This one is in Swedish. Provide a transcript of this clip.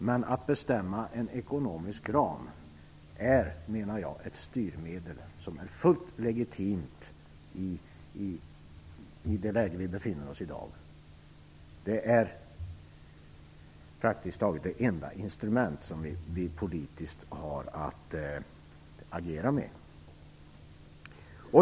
Men att bestämma en ekonomisk ram är ett styrmedel som är fullt legitimt i det läge som vi i dag befinner oss i. Det är praktiskt taget det enda instrument som vi politiskt har att agera med.